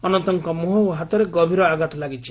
ଅନନ୍ତଙ୍କ ମୁହଁ ଓ ହାତରେ ଗଭୀର ଆଘାତ ଲାଗିଛି